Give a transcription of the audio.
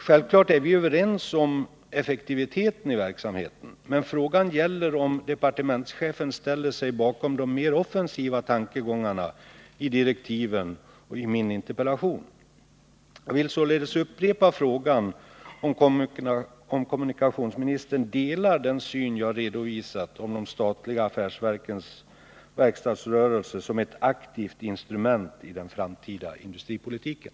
Självklart är vi överens om kravet på effektivitet i verksamheten. Men frågan gäller om departementschefen ställer sig bakom de mer offensiva tankegångarna i direktiven och i min interpellation. Jag vill således upprepa frågan om kommunikationsministern delar den syn som jag har redovisat på de statliga affärsverkens verkstadsrörelser som ett aktivt instrument i den framtida industripolitiken.